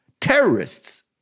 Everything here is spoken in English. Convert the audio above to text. terrorists